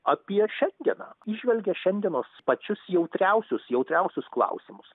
apie šiandieną įžvelgia šiandienos pačius jautriausius jautriausius klausimus